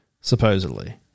supposedly